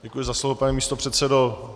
Děkuji za slovo, pane místopředsedo.